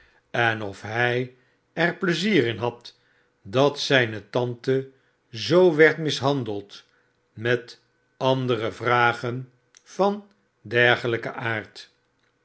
en of hij er pleizier in had dat zijne tante zoo werd mishandeld met andere vragen van dergelijken aard